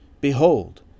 Behold